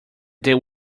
they